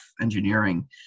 engineering